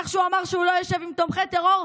איך שהוא אמר שהוא לא ישב עם תומכי טרור,